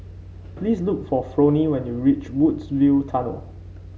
please look for Fronie when you reach Woodsville Tunnel